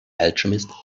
alchemist